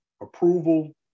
approval